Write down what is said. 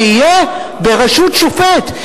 זה יהיה בראשות שופט,